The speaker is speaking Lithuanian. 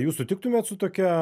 jūs sutiktumėt su tokia